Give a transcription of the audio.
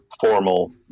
formal